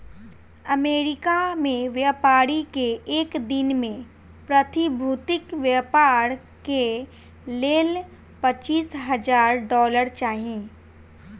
America में व्यापारी के एक दिन में प्रतिभूतिक व्यापार के लेल पचीस हजार डॉलर चाही